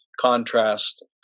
contrast